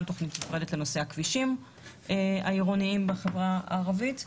תוכנית נפרדת לנושא הכבישים העירוניים בחברה הערבית,